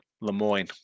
LeMoyne